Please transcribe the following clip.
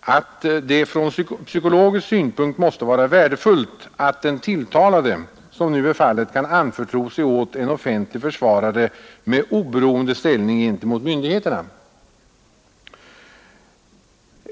att det från psykologisk synpunkt måste vara värdefullt att den tilltalade — som nu är fallet — kan anförtro sig åt en offentlig försvarare med oberoende ställning gentemot myndigheterna.